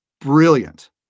brilliant